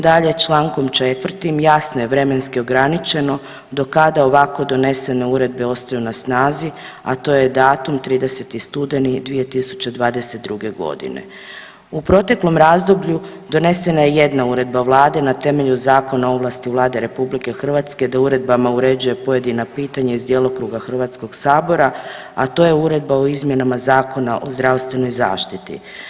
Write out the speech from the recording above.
Dalje, čl. 4. jasno je vremenskim ograničeno do kada ovako donesene uredbe ostaju na snazi, a to je datum 30. studeni 2022. g. U proteklom razdoblju donesena je jedna Uredba Vlade na temelju Zakona o ovlasti Vlade RH da uredbama uređuje pojedina pitanja iz djelokruga HS-a, a to je Uredba o izmjenama Zakona o zdravstvenoj zaštiti.